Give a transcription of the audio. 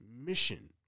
mission